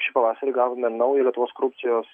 šį pavasarį gavome naują lietuvos korupcijos